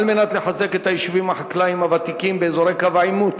כדי לחזק את היישובים החקלאיים הוותיקים באזורי קו העימות